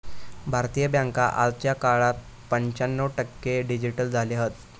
भारतीय बॅन्का आजच्या काळात पंच्याण्णव टक्के डिजिटल झाले हत